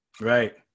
right